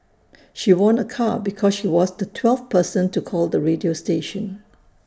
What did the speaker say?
she won A car because she was the twelfth person to call the radio station